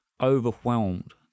overwhelmed